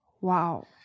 Wow